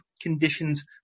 conditions